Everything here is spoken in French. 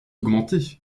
augmenter